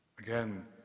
Again